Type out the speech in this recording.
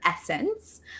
essence